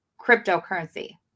cryptocurrency